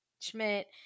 Schmidt